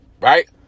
Right